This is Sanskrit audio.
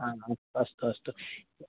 आमाम् अस्तु अस्तु